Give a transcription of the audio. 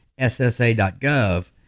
ssa.gov